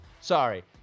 Sorry